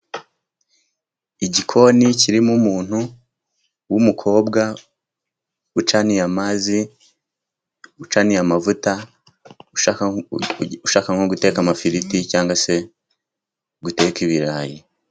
Igikoni kirimo umuntu w'umukobwa ucaniye amazi, ucaniye amavuta, ushaka nko guteka amafiriti cyangwa se guteka ibirayi.